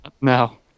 No